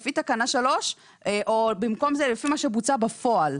לפי תקנה 3 או במקום זה לפי מה שבוצע בפועל.